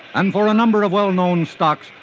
and for a number of well-known stocks,